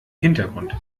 hintergrund